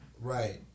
Right